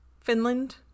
Finland